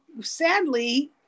sadly